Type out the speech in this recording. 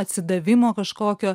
atsidavimo kažkokio